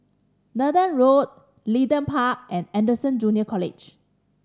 Nathan Road Leedon Park and Anderson Junior College